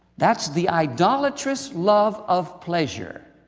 that's the idolatrous love of pleasure.